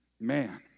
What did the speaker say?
Man